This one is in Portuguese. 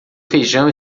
feijão